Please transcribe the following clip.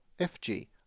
FG